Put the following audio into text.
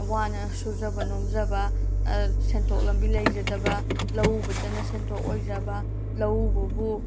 ꯋꯥꯅ ꯁꯨꯖꯕ ꯅꯣꯝꯖꯕ ꯁꯦꯟꯊꯣꯛ ꯂꯝꯕꯤ ꯂꯩꯖꯗꯕ ꯂꯧ ꯎꯕꯗꯅ ꯁꯦꯟꯊꯣꯛ ꯑꯣꯏꯖꯕ ꯂꯧꯎꯕꯕꯨ